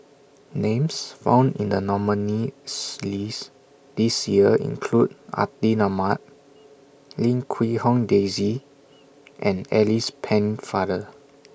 Names found in The nominees' list This Year include Atin Amat Lim Quee Hong Daisy and Alice Pennefather